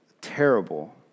terrible